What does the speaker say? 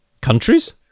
Countries